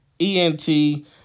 E-N-T